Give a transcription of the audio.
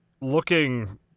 looking